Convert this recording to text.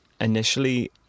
initially